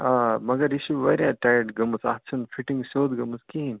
آ مگر یہِ چھِ واریاہ ٹایِٹ گٔمٕژ اتھ چھنہٕ فِٹِنگ سیٚود گٔمٕژ کِہیٖنۍ